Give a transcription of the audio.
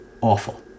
awful